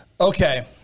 Okay